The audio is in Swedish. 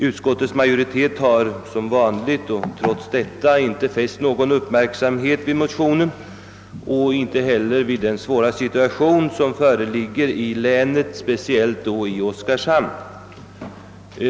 Utskottsmajoriteten har trots detta som vanligt inte fäst någon uppmärksamhet vid motionerna och inte heller vid den svåra situation som föreligger i länet, speciellt i Oskarshamn.